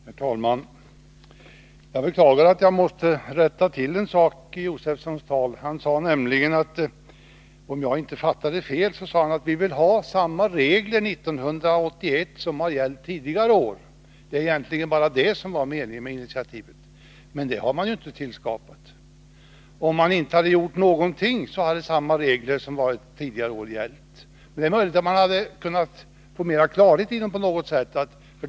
Herr talman! Jag beklagar att jag måste rätta till en sak i Stig Josefsons anförande. Han sade nämligen, om jag inte fattade fel, att han och majoriteten i övrigt vill ha samma regler för 1981 som har gällt tidigare år, och att det egentligen bara var det som var meningen med initiativet. Men det är inte det man åstadkommer med förslaget. Om man inte hade gjort någonting hade samma regler gällt som tidigare år. Det är möjligt att man på något sätt kunnat få större klarhet i vad reglerna innebär.